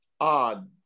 odd